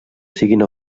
siguin